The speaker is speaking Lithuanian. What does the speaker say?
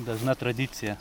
dažna tradicija